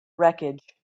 wreckage